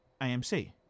AMC